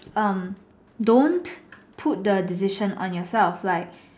um don't put the decision on yourself like